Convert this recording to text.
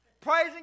praising